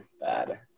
bad